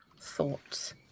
Thoughts